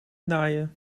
naaien